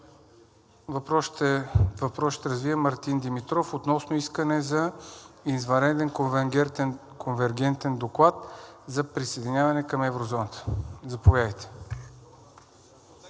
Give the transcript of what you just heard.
Въпросът ще развие Мартин Димитров относно искане за извънреден конвергентен доклад за присъединяване към еврозоната. Заповядайте.